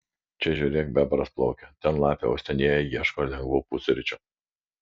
čia žiūrėk bebras plaukia ten lapė uostinėdama ieško lengvų pusryčių